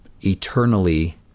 eternally